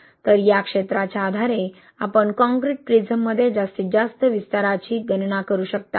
तर या क्षेत्राच्या आधारे आपण कंक्रीट प्रिझममध्ये जास्तीत जास्त विस्ताराची गणना करू शकता